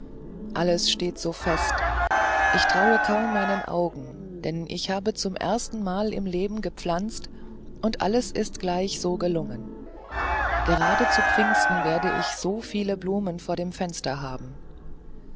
alles steht so fest ich traue kaum meinen augen denn ich habe zum ersten mal im leben gepflanzt und alles ist gleich so gelungen gerade zu pfingsten werde ich so viel blumen vor dem fenster haben